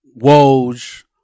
Woj